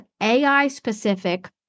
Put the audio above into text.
AI-specific